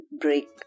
break